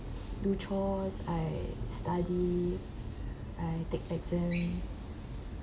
do chores I study I take exam